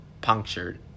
punctured